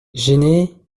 gêné